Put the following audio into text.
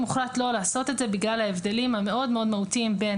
הוחלט לא לעשות את זה בגלל ההבדלים המאוד מאוד מהותיים בין